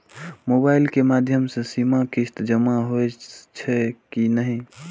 Mobile के माध्यम से सीमा किस्त जमा होई छै कि नहिं?